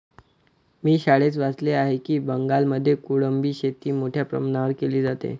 मी शाळेत वाचले आहे की बंगालमध्ये कोळंबी शेती मोठ्या प्रमाणावर केली जाते